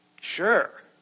sure